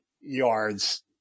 yards